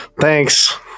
Thanks